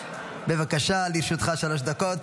בבקשה, לרשותך שלוש דקות.